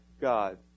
God